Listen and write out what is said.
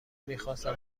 میخواستم